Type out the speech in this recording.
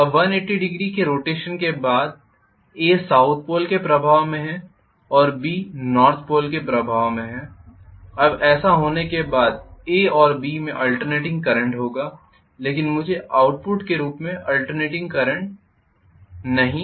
अब 1800 के रोटेशन के बाद A साउथ पोल के प्रभाव में है और B नॉर्थ पोल के प्रभाव में है अब ऐसा होने के बाद A और B में आल्टर्नेटिंग करंट होगा लेकिन मुझे आउटपुट के रूप में आल्टर्नेटिंग करंट नहीं चाहिए